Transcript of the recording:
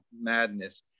madness